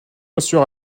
assure